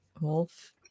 wolf